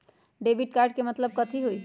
Debit card के मतलब कथी होई?